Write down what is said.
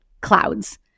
clouds